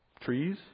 Trees